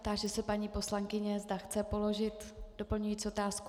Táži se paní poslankyně, zda chce položit doplňující otázku.